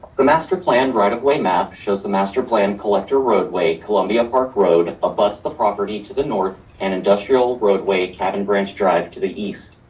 the master plan right away map shows the master plan collector roadway, columbia park road, abuts the property to the north and industrial roadway kevin branch drive to the east.